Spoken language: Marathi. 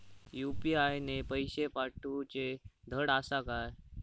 यू.पी.आय ने पैशे पाठवूचे धड आसा काय?